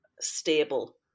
stable